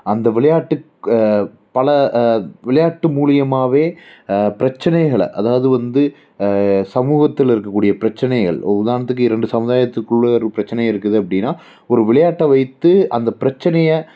அந்த விளையாட்டுக்கு பல விளையாட்டு மூலயமாவே பிரச்சனைகளை அதாவது வந்து சமூகத்தில் இருக்கக்கூடிய பிரச்சனைகள் ஓ உதாரணத்துக்கு இரண்டு சமுதாயத்துக்குள்ள ஒரு பிரச்சனை இருக்குது அப்படின்னா ஒரு விளையாட்ட வைத்து அந்த பிரச்சனையை